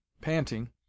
Panting